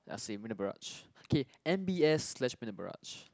ya same Marina Barrage okay M_B_S slash Marina Barrage